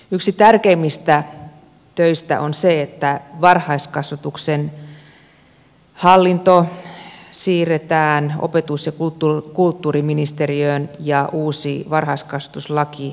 yksi tärkeimmistä töistä on se että varhaiskasvatuksen hallinto siirretään opetus ja kulttuuriministeriöön ja uu si varhaiskasvatuslaki tehdään